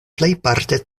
plejparte